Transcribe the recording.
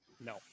No